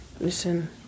Listen